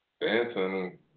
dancing